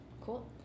cool